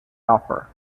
offer